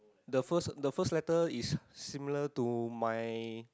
the first the first letter is similar to my